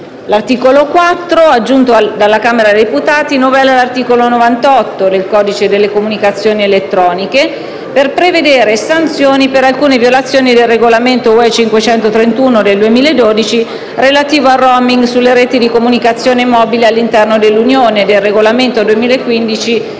L'articolo 4, aggiunto dalla Camera dei deputati, novella l'articolo 98 del codice delle comunicazioni elettroniche per prevedere sanzioni per alcune violazioni del regolamento UE n. 531 del 2012, relativo al *roaming* sulle reti di comunicazioni mobili all'interno dell'Unione, e del regolamento n. 2015/2120,